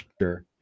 sure